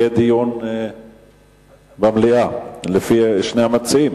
יהיה דיון במליאה, לפי שני המציעים.